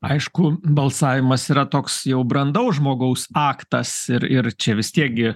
aišku balsavimas yra toks jau brandaus žmogaus aktas ir ir čia vis tiek gi